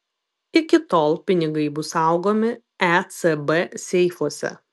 iki tol pinigai bus saugomi ecb seifuose